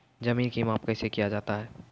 जमीन की माप कैसे किया जाता हैं?